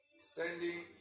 standing